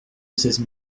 seize